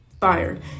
fired